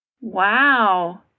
Wow